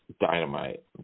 Dynamite